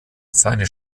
seine